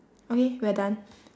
okay we're done